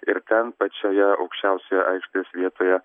ir ten pačioje aukščiausioje aikštės vietoje